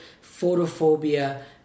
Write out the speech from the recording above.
photophobia